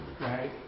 right